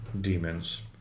demons